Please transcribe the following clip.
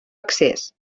accés